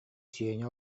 сеня